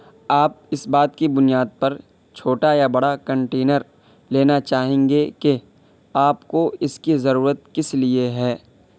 آپ اس بات کی بنیاد پر چھوٹا یا بڑا کنٹینر لینا چاہیں گے کہ آپ کو اس کی ضرورت کس لیے ہے